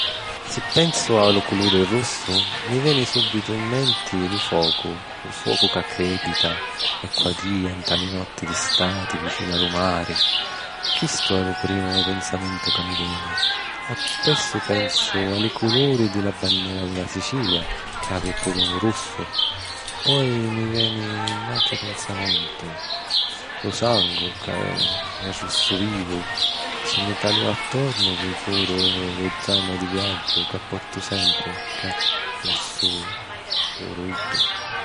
Si pensu a lu culuri russu, mi veni sùbitu in menti lu focu. Lu focu ca crèpita e quadìa nni li notti di stati, vicinu a lu mari. Chistu è lu primu pensamentu ca mi veni. Appressu pensu a li culuri di la bannera di la Sicilia, ca havi puru lu russu. Poi mi veni n’àutru pensamentu: lu sangu, ca è russu vivu. Si mi talìu attornu, viju puru lu zàinu di viaggiu ca portu sempri, ca è russu puru iddu.